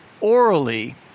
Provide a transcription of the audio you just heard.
orally